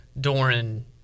Doran